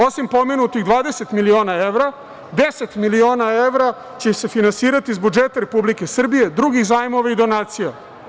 Osim pomenutih 20 miliona evra, 10 miliona evra će se finansirati iz budžeta Republike Srbije, drugih zajmova i donacija.